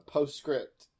Postscript